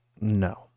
No